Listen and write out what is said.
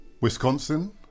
Wisconsin